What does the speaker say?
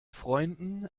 freunden